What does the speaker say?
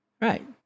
right